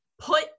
put